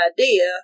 idea